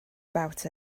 about